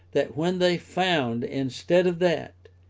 that when they found, instead of that,